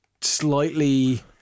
slightly